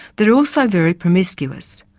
they're also very promiscuous.